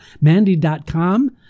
mandy.com